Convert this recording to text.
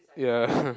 ya